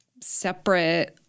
separate